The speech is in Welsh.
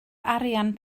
arian